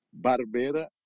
Barbera